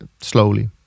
slowly